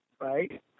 right